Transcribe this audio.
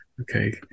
okay